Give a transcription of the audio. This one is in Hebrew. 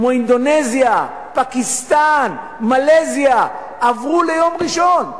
כמו אינדונזיה, פקיסטן ומלזיה עברו ליום ראשון.